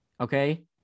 okay